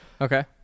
Okay